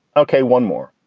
ok, one more.